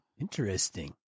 interesting